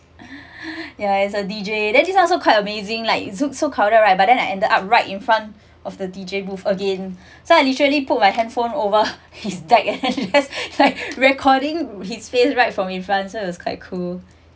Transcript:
ya is a D_J then this [one] also quite amazing like zouk so crowded right but then I ended up right in front of the D_J booth again so I literally put my handphone over his deck and recording his face right from the in front it was quite cool